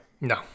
No